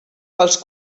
els